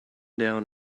down